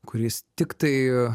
kuris tiktai